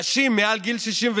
נשים מעל גיל 62